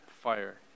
Fire